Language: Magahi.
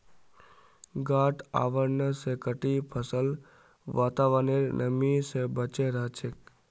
गांठ आवरण स कटी फसल वातावरनेर नमी स बचे रह छेक